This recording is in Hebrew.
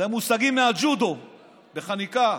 זה מושגים מהג'ודו בחניקה.